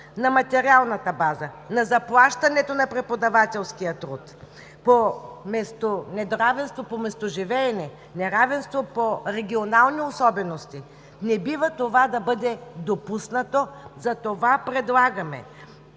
на материалната база, на заплащането на преподавателския труд, неравенство по местоживеене, неравенство по регионални особености. Не бива това да бъде допуснато, затова предлагаме